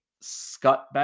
Scott